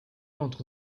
entre